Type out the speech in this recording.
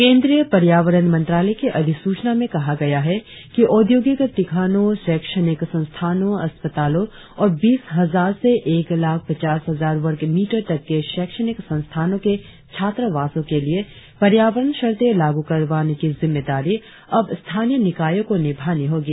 केंद्रीय पर्यावरण मंत्रालय की अधिसूचना में कहा गया है कि औद्योगिक ठिकानों शैक्षणिक संस्थानों अस्पतालों और बीस हजार से एक लाख पचास हजार वर्ग मीटर तक के शैक्षणिक संस्थानों के छात्रावासों के लिए पर्यावरण शर्ते लागू करवाने की जिम्मेदारी अब स्थानीय निकायों को निभानी होगी